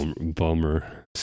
Bummer